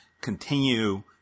continue